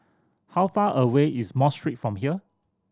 how far away is Mosque Street from here